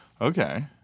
Okay